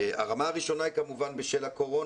הרמה הראשונה היא כמובן בשל הקורונה,